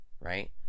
right